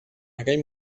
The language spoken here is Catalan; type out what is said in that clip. aquell